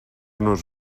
nos